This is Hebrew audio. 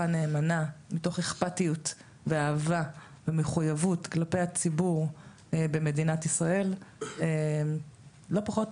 נאמנה מתוך אכפתיות ואהבה ומחויבות כלפי הציבור במדינת ישראל לא פחות,